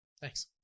Thanks